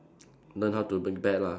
learn how to prepare lah